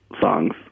songs